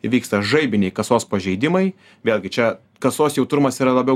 įvyksta žaibiniai kasos pažeidimai vėlgi čia kasos jautrumas yra labiau